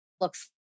looks